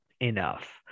enough